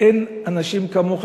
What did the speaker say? אין אנשים כמוך,